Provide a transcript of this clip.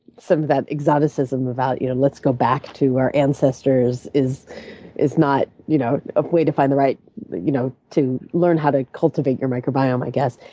some of that exoticism about you know let's go back to our ancestors is is not you know a way to find the right you know to learn how to cultivate your microbiome, i guess.